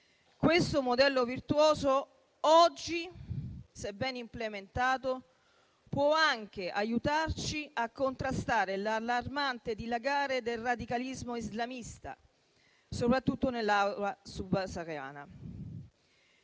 Questo modello virtuoso oggi, se ben implementato, può anche aiutarci a contrastare l'allarmante dilagare del radicalismo islamista, soprattutto nell'area subsahariana.